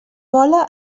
vola